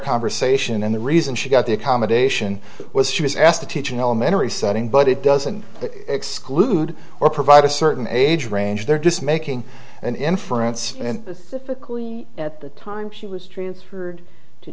conversation and the reason she got the accommodation was she was asked to teach an elementary setting but it doesn't exclude or provide a certain age range they're just making an inference and difficult at the time she was transferred to